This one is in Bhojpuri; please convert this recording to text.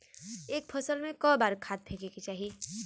एक फसल में क बार खाद फेके के चाही?